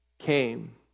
came